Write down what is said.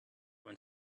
when